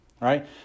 right